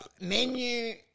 menu